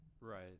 Right